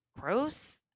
gross